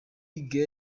gea